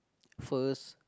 first